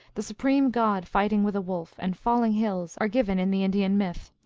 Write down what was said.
the supreme god fighting with a wolf, and falling hills, are given in the indian myth.